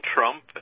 Trump